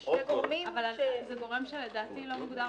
זה גורם שלדעתי לא מוגדר.